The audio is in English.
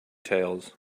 tales